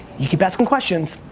you keep asking questions,